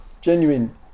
genuine